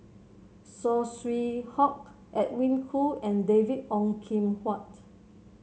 Saw Swee Hock Edwin Koo and David Ong Kim Huat